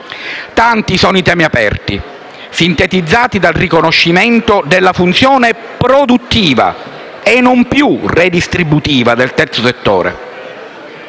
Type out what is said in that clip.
Tanti sono i temi aperti, sintetizzati dal riconoscimento della funzione "produttiva" e non più "redistributiva" del terzo settore.